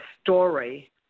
story